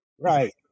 right